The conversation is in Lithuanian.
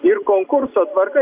ir konkurso tvarka